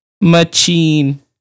Machine